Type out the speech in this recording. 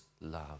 love